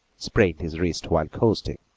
sprained his wrist while coasting,